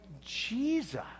Jesus